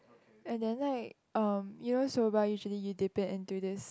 and then like um you know soba usually you dip it into this